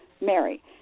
Mary